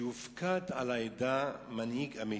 שיופקד על העדה מנהיג אמיתי.